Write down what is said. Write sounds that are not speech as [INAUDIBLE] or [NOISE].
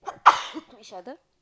[NOISE] to each other